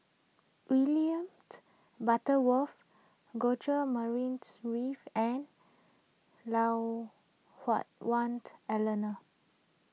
William Butterworth George Murray Reith and Lui Hah Wah Elena